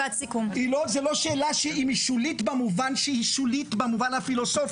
היא לא שולית במובן הפילוסופי,